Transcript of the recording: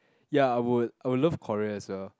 ya I would I would love Korea as well